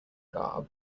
garb